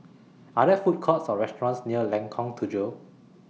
Are There Food Courts Or restaurants near Lengkong Tujuh